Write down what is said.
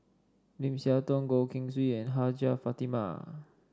Lim Siah Tong Goh Keng Swee and Hajjah Fatimah